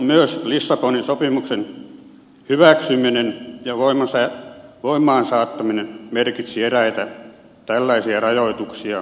myös lissabonin sopimuksen hyväksyminen ja voimaan saattaminen merkitsivät eräitä tällaisia rajoituksia täysivaltaisuudelle